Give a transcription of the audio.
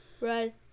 Right